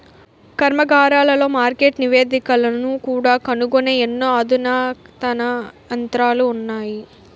కర్మాగారాలలో మార్కెట్ నివేదికలను కూడా కనుగొనే ఎన్నో అధునాతన యంత్రాలు ఉన్నాయి